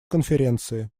конференции